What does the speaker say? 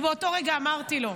ובאותו רגע אמרתי לו: